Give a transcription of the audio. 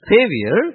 Savior